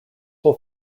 will